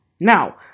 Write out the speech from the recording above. now